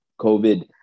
COVID